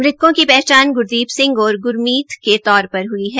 मृतकों की पहचान ग्रदीप सिंह और ग्रमीत के तौर पर हई है